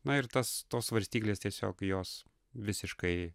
na ir tas tos svarstyklės tiesiog jos visiškai